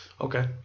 Okay